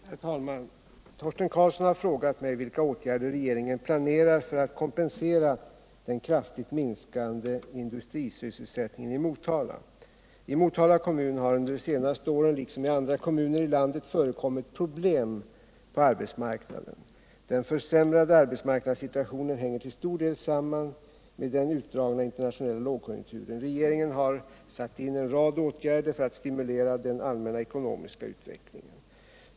Herr talman! Torsten Karlsson har frågat mig vilka åtgärder regeringen planerar för att kompensera den kraftigt minskade industrisysselsättningen i Motala. I Motala kommun, liksom i andra kommuner i landet, har under de senaste åren förekommit problem på arbetsmarknaden. Den försämrade arbetsmarknadssituationen hänger till stor del samman med den utdragna internationella lågkonjunkturen. Regeringen har satt in en rad åtgärder för att stimulera den allmänna ekonomiska utvecklingen.